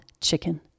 chicken